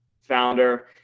founder